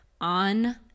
on